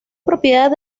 propiedad